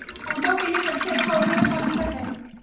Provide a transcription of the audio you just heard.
पौधों के लिए सबसे अच्छा उर्वरक कौनसा हैं?